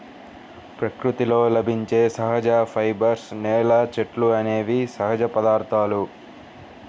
ప్రకృతిలో లభించే సహజ ఫైబర్స్, నేల, చెట్లు అనేవి సహజ పదార్థాలు